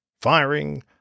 Firing